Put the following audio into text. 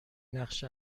نقش